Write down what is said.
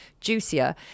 juicier